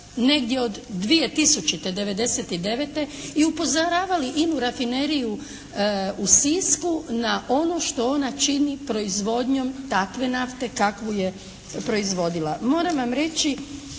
negdje od 2000., '99. i upozoravali INA-u rafineriju u Sisku na ono što ona čini proizvodnjom takve nafte kakvu je proizvodila. Moram vam reći